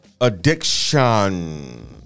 addiction